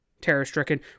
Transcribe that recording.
Terror-stricken